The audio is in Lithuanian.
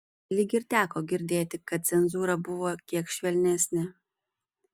lyg ir teko girdėti kad cenzūra buvo kiek švelnesnė